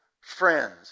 friends